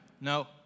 No